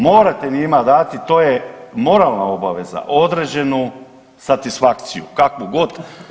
Morate njima dati, to je moralna obaveza, određenu satisfakciju, kakvu god.